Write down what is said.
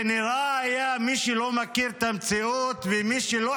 ונראה היה שמי שלא מכיר את המציאות ומי שלא